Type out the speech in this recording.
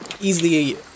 Easily